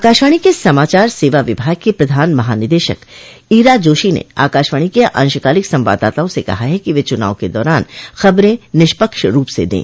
आकाशवाणी के समाचार सेवा विभाग की प्रधान महानिदेशक ईरा जोशी ने आकाशवाणी के अंशकालिक संवाददाताओं से कहा है कि वे चुनाव के दौरान खबरें निष्पक्ष रूप से दें